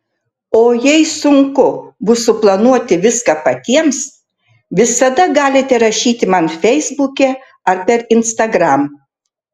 o jei sunku bus suplanuoti viską patiems visada galite rašyti man feisbuke ar per instagram